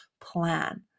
plan